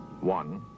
One